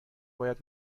باید